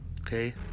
Okay